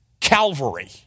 Calvary